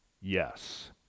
yes